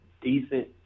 decent